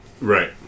right